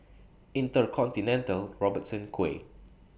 InterContinental Robertson Quay